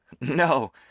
No